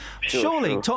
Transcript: Surely